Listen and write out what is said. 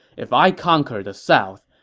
if i conquer the south,